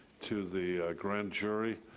to the grand jury.